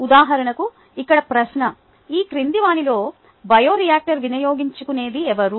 ఉదాహరణకు ఇక్కడ ప్రశ్న ఈ క్రింది వానిలో బయోరియాక్టర్లను వినియోగించుకునేది ఎవరు